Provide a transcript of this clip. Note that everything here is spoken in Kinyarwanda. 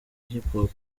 hiphop